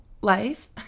life